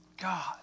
God